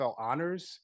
Honors